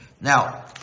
Now